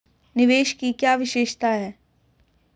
निवेश की क्या विशेषता है?